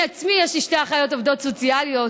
לי עצמי יש שתי אחיות עובדות סוציאליות,